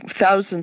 thousands